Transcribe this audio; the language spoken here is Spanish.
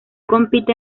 compite